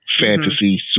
fantasy